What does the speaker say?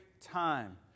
time